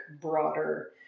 broader